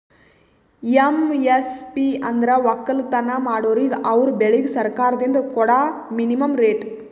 MSP ಅಂದ್ರ ವಕ್ಕಲತನ್ ಮಾಡೋರಿಗ ಅವರ್ ಬೆಳಿಗ್ ಸರ್ಕಾರ್ದಿಂದ್ ಕೊಡಾ ಮಿನಿಮಂ ರೇಟ್